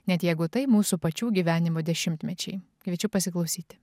net jeigu tai mūsų pačių gyvenimo dešimtmečiai kviečiu pasiklausyti